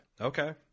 Okay